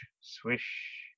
swish